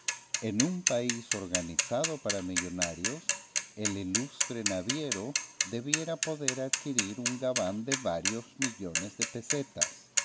en un país organizado para millonarios el ilustre naviero debiera poder adquirir un gabán de varios millones de pesetas